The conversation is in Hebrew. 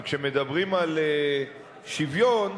כשמדברים על שוויון: